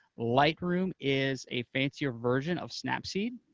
lightroom is a fancier version of snapseed.